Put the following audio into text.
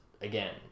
again